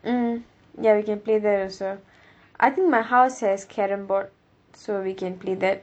mm ya we can play that also I think my house has carrom board so we can play that